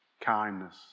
kindness